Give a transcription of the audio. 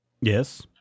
Yes